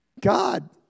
God